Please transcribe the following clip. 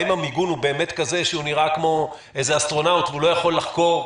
האם המיגון הוא באמת כזה שהוא נראה כמו אסטרונאוט ולא יכול לחקור?